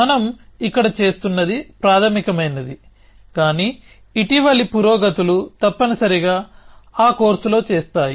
మనం ఇక్కడ చేస్తున్నది ప్రాథమికమైనది కానీ ఇటీవలి పురోగతులు తప్పనిసరిగా ఆ కోర్సులో చేస్తాయి